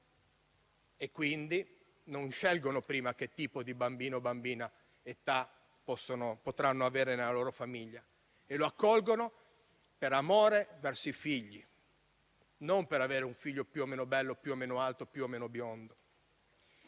la legge. Non scelgono prima che tipo di bambino o bambina e di che età potranno avere nella loro famiglia. Lo accolgono per amore verso i figli e non per avere un figlio più o meno bello, più o meno alto, più o meno biondo.